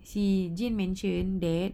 see jane mentioned that